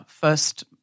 first